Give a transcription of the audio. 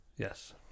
Yes